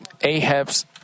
Ahab's